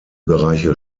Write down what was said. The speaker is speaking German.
bereiche